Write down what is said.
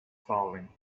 farthing